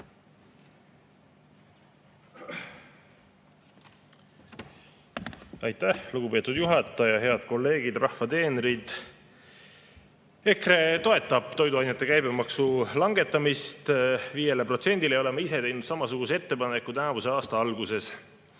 Aitäh, lugupeetud juhataja! Head kolleegid, rahva teenrid! EKRE toetab toiduainete käibemaksu langetamist 5%‑le. Oleme ise teinud samasuguse ettepaneku tänavuse aasta alguses.